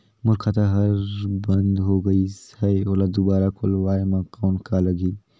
मोर खाता हर बंद हो गाईस है ओला दुबारा खोलवाय म कौन का लगही?